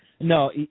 No